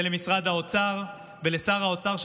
זה למשרד האוצר ולשר האוצר,